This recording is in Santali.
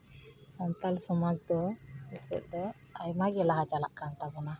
ᱥᱟᱱᱛᱟᱲ ᱥᱚᱢᱟᱡᱽ ᱫᱚ ᱱᱤᱛᱚᱜ ᱫᱚ ᱟᱭᱢᱟᱜᱮ ᱞᱟᱦᱟ ᱪᱟᱞᱟᱜ ᱠᱟᱱ ᱛᱟᱵᱚᱱᱟ